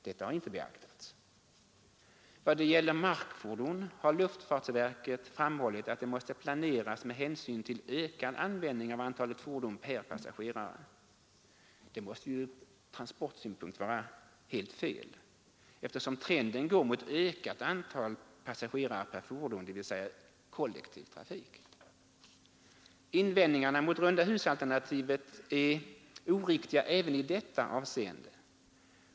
Detta har inte beaktats. Vad gäller markfordon har luftfartsverket framhållit att det måste planeras med hänsyn till ökad användning av antalet fordon per passagerare. Detta måste ju från transportsynpunkt vara fullständigt fel, eftersom trenden går mot ökat antal passagerare per fordon, dvs. kollektiv trafik. Invändningarna mot rundahusalternativet är oriktiga även i detta avseende.